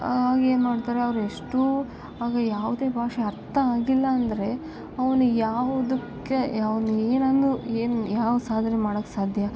ಆಗೇನು ಮಾಡ್ತಾರೆ ಅವ್ರು ಎಷ್ಟೂ ಆವಾಗ ಯಾವುದೇ ಭಾಷೆ ಅರ್ಥ ಆಗಿಲ್ಲ ಅಂದರೆ ಅವ್ನಿಗೆ ಯಾವುದಕ್ಕೆ ಯಾವುದು ಏನನ್ನು ಏನು ಯಾವ ಸಾಧನೆ ಮಾಡೋಕ್ ಸಾಧ್ಯ